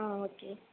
ஆ okay